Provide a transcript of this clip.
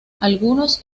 algunos